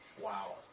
Wow